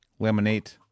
Laminate